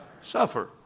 suffer